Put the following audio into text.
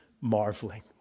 marveling